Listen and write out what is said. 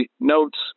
notes